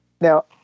now